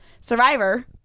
Survivor